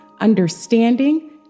understanding